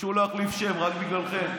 ביקשו להחליף שם, רק בגללכם.